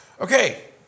okay